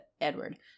Edward